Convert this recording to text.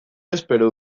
espero